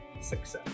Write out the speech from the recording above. success